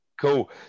Cool